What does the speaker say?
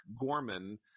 Gorman